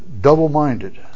double-minded